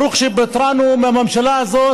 ברוך שפטרנו מהממשלה הזאת,